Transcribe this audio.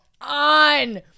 on